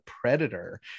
Predator